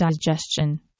digestion